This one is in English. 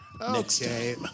okay